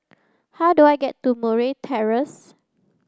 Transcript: how do I get to Murray Terrace